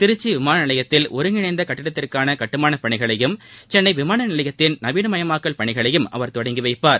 திருச்சி விமான நிலையத்தில் ஒருங்கிணைந்த கட்டிடத்திற்கான கட்டுமானப் பணிகளையும் சென்னை விமான நிலையத்தின் நவீனமயமாக்கல் பணிகளையும் அவர் தொடங்கி வைப்பார்